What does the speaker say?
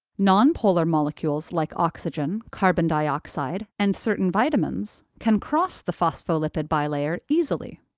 non-polar molecules, like oxygen, carbon dioxide, and certain vitamins can cross the phospholipid bilayer easily.